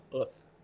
earth